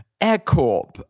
Aircorp